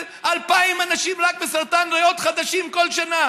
2,000 אנשים חדשים רק מסרטן ריאות בכל שנה,